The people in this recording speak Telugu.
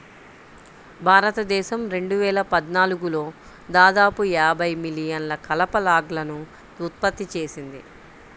భారతదేశం రెండు వేల పద్నాలుగులో దాదాపు యాభై మిలియన్ల కలప లాగ్లను ఉత్పత్తి చేసింది